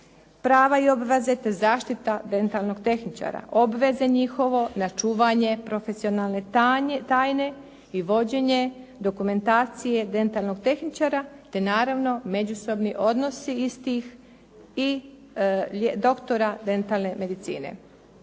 prava i obveze, te zaštita dentalnog tehničara. Obveze njihovo na čuvanje profesionalne tajne i vođenje dokumentacije dentalnog tehničara, te naravno međusobni odnosi istih i doktora dentalne medicine.